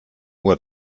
uhr